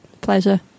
Pleasure